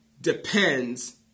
depends